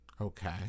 Okay